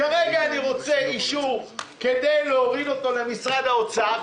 כרגע אני רוצה אישור כדי להוריד אותו למשרד האוצר,